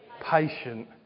Patient